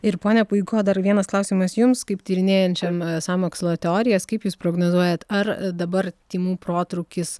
ir pone buiko dar vienas klausimas jums kaip tyrinėjančiam sąmokslo teorijas kaip jūs prognozuojat ar dabar tymų protrūkis